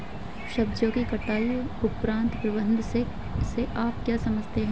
सब्जियों की कटाई उपरांत प्रबंधन से आप क्या समझते हैं?